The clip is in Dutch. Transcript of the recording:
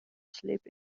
slib